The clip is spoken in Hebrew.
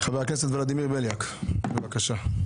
חבר הכנסת ולדימיר בליאק, בבקשה.